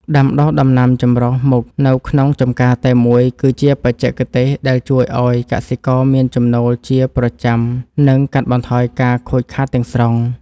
ដាំដុះដំណាំចម្រុះមុខនៅក្នុងចម្ការតែមួយគឺជាបច្ចេកទេសដែលជួយឱ្យកសិករមានចំណូលជាប្រចាំ និង កាត់បន្ថយការខូចខាតទាំងស្រុង។